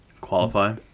qualify